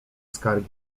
skargi